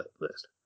list